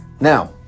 now